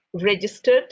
registered